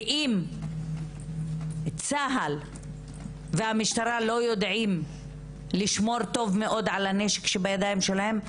ואם צה"ל והמשטרה לא יודעים לשמור טוב מאוד על הנשק שבידיים שלהם,